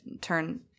turn